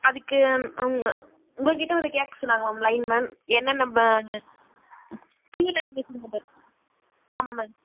அதுக்கு அவங்க உங்க கிட்ட வந்து கேட்க சொன்னாங்க மேம் லைன்மேன் என்னென்ன ம புது லைன் வச்சிருந்தோம் நம்ம ஆமாம் மேம்